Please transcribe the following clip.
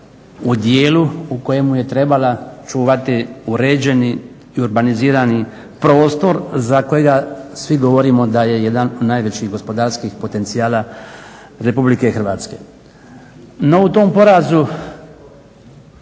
u dijelu u kojemu je trebala čuvati uređeni i urbanizirani prostor za kojega svi govorimo da je jedan od najvećih gospodarskih potencijala Republike Hrvatske.